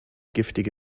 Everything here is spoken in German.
giftige